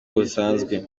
busanzwe